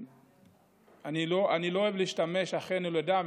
אני לא אוהב להשתמש ב"אחינו לדם",